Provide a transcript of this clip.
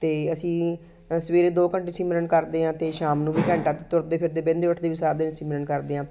ਅਤੇ ਅਸੀਂ ਅ ਸਵੇਰੇ ਦੋ ਘੰਟੇ ਸਿਮਰਨ ਕਰਦੇ ਹਾਂ ਅਤੇ ਸ਼ਾਮ ਨੂੰ ਵੀ ਘੰਟਾ ਕੁ ਤੁਰਦੇ ਫਿਰਦੇ ਬਹਿੰਦੇ ਉੱਠਦੇ ਵੀ ਸਾਰਾ ਦਿਨ ਸਿਮਰਨ ਕਰਦੇ ਹਾਂ